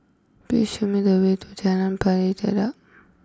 please show me the way to Jalan Pari Dedap